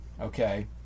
okay